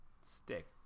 stick